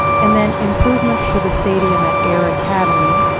and then improvements to the stadium at air academy,